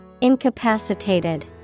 Incapacitated